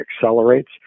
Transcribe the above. accelerates